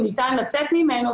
שניתן לצאת ממנו,